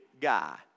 guy